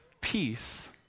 peace